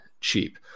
cheap